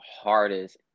hardest